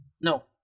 no